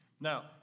Now